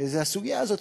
וזו הסוגיה הזאת,